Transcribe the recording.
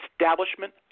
establishment